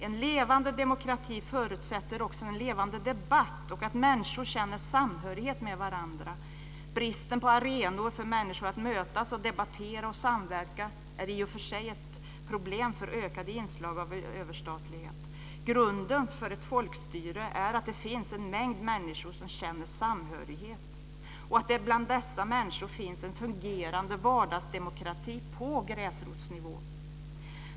En levande demokrati förutsätter också en levande debatt och att människor känner samhörighet med varandra. Bristen på arenor för människor att mötas, debattera och samverka är i sig ett problem för ökade inslag av överstatlighet. Grunden för ett folkstyre är att det finns en mängd människor som känner samhörighet och att det bland dessa människor finns en fungerande vardagsdemokrati på gräsrotsnivå.